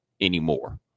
anymore